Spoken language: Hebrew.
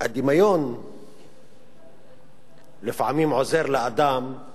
הדמיון לפעמים עוזר לאדם,